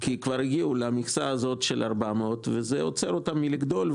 כי כבר הגיעו למכסה של 400 וזה עוצר אותם מלגדול.